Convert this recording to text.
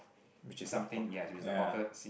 which is the ya